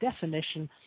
definition